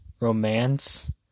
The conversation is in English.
romance